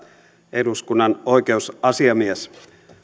eduskunnan oikeusasiamies